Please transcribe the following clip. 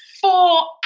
four